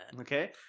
Okay